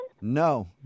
No